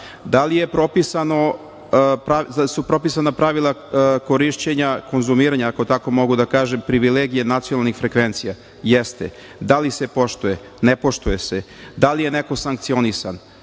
Da li su propisana pravila korišćenja, konzumiranja, ako tako mogu da kažem, privilegije nacionalnih frekvencija? Jeste. Da li se poštuje? Ne poštuje se. Da li je neko sankcionisan?